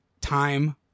time